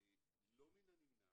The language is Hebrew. לא מן הנמנע